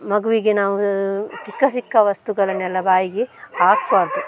ಮಗುವಿಗೆ ನಾವು ಸಿಕ್ಕ ಸಿಕ್ಕ ವಸ್ತುಗಳನ್ನೆಲ್ಲ ಬಾಯಿಗೆ ಹಾಕಬಾರ್ದು